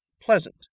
pleasant